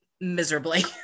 miserably